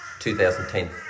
2010